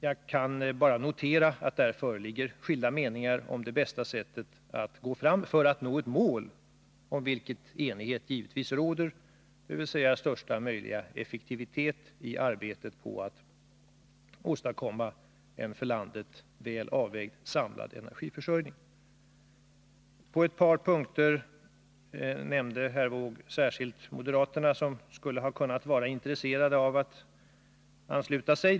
Jag kan bara notera att här föreligger skilda meningar om det bästa sättet att gå fram för att nå ett mål, om vilket enighet givetvis råder, dvs. största möjliga effektivitet i arbetet på att åstadkomma en för landet väl avvägd samlad energiförsörjning. På ett par punkter nämnde herr Wååg särskilt moderaterna som de som skulle ha kunnat vara intresserade av att ansluta sig.